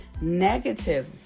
negative